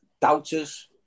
doubters